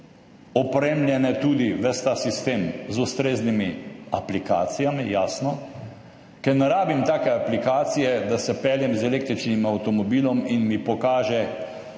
opremljene, tudi ves ta sistem, z ustreznimi aplikacijami, jasno, ker ne rabim take aplikacije, da se peljem z električnim avtomobilom in mi pokaže,